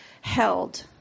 held